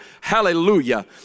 Hallelujah